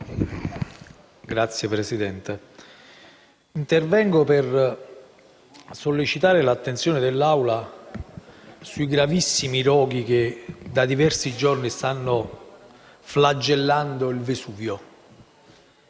Signora Presidente, intervengo per sollecitare l'attenzione dell'Assemblea sui gravissimi roghi che da diversi giorni stanno flagellando il Vesuvio.